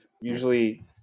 usually